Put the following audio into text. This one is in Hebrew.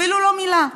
אפילו לא מילה.